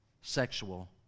sexual